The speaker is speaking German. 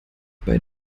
bei